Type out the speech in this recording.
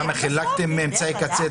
כמה חילקתם אמצעי קצה.